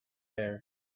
air